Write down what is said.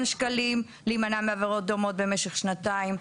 שקלים להימנע מעבירות דומות במשך שנתיים.